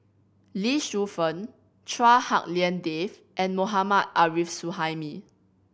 Lee Shu Fen Chua Hak Lien Dave and Mohammad Arif Suhaimi